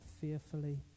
fearfully